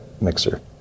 mixer